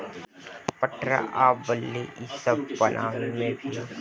पटरा आ बल्ली इ सब इतना बरियार होला कि एकर इस्तमाल घर बनावे मे भी होला